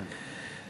אמן.